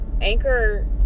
anchor